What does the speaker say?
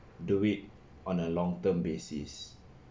do it on a long term basis